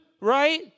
right